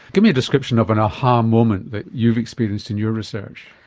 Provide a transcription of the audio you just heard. give me a description of an a-ha um moment that you've experienced in your research.